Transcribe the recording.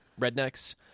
rednecks